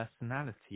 personality